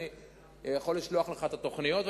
אני יכול לשלוח לך את התוכניות,